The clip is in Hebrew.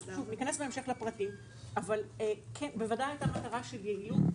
בהמשך ניכנס לפרטים אבל בוודאי היתה מטרה של יעילות.